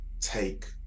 take